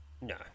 No